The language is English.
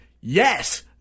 yes